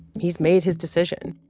he's made his decision.